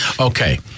Okay